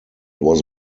was